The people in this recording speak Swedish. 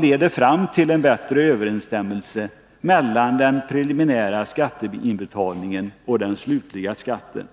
leder fram till en bättre överensstämmelse mellan den preliminära skatteinbetalningen och den slutliga skatten.